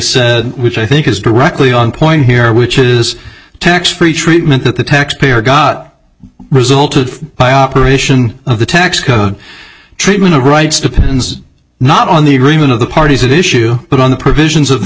said which i think is directly on point here which is tax free treatment at the taxpayer got resulted by operation of the tax code treatment of rights depends not on the agreement of the parties at issue but on the provisions of the